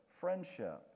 friendship